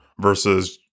versus